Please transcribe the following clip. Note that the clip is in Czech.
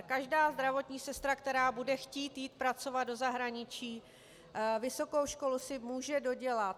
Každá zdravotní sestra, která bude chtít jít pracovat do zahraničí, vysokou školu si může dodělat.